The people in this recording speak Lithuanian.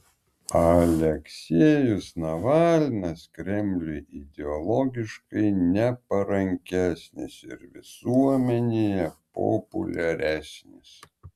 aleksejus navalnas kremliui ideologiškai neparankesnis ir visuomenėje populiaresnis